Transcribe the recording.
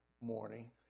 morning